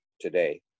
today